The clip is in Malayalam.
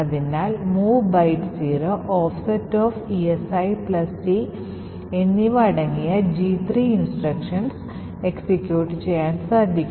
അതിനാൽ mov byte 0 offset of esic എന്നിവ അടങ്ങിയ G 3 നിർദ്ദേശങ്ങൾ എക്സിക്യൂട്ട് ചെയ്യാൻ സാധിക്കും